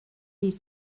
wyt